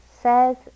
says